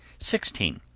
sixteen.